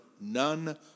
none